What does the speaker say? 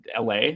LA